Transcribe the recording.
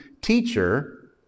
teacher